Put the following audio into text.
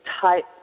type